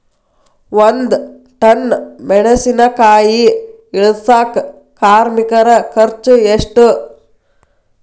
ಒಂದ್ ಟನ್ ಮೆಣಿಸಿನಕಾಯಿ ಇಳಸಾಕ್ ಕಾರ್ಮಿಕರ ಖರ್ಚು ಎಷ್ಟು?